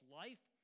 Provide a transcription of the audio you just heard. life